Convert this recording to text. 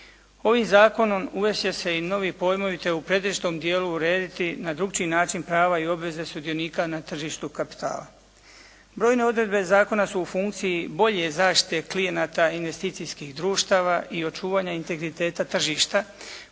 Ovim zakonom uvesti će se i novi pojmovi te u pretežitom dijelu urediti na drukčiji prava i obveze sudionika na tržištu kapitala. Brojne odredbe zakona su u funkciji bolje zaštite klijenata investicijskih društava i očuvanja integriteta tržišta